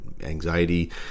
anxiety